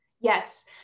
Yes